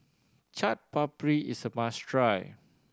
Chaat Papri is a must try